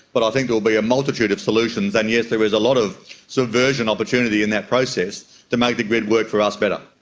but i think there will be a multitude of solutions, and yes, there is a lot of subversion opportunity in that process to make the grid work for us better.